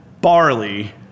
barley